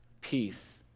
peace